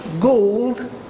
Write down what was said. gold